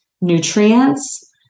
nutrients